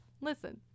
Listen